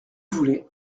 voulez